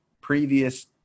previous